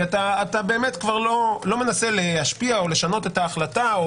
כי אתה כבר באמת לא מנסה להשפיע או לשנות את החלטה או